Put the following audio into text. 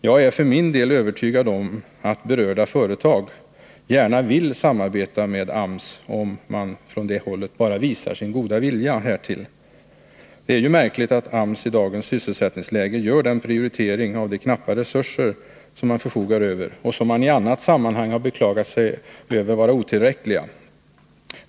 Jag är för min del övertygad om att berörda företag gärna vill samarbeta med AMS, om man från det hållet bara visar god vilja härtill. Det är ju märkligt att AMS i dagens sysselsättningsläge gör den här prioriteringen av de knappa resurser som man förfogar över och som man i annat sammanhang har beklagat sig över vara otillräckliga.